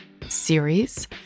series